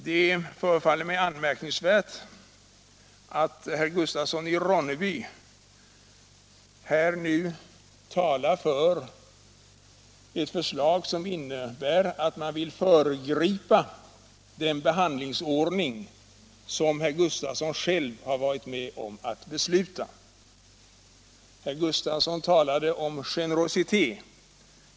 Det förefaller mig anmärkningsvärt att herr Gustafsson i Ronneby nu talar för ett förslag, som innebär att han vill föregripa den behandlingsordning, som han själv har varit med om att besluta. Herr Gustafsson talade om socialdemokraternas generositet.